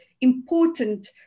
important